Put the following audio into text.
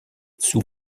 sous